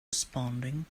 responding